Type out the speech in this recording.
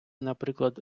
наприклад